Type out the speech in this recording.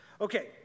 Okay